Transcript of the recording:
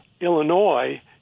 Illinois